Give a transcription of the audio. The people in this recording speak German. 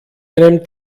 einem